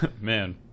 Man